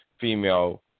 female